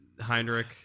Heinrich